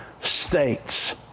states